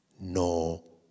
no